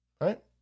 Right